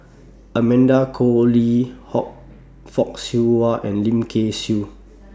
Amanda Koe Lee Hock Fock Siew Wah and Lim Kay Siu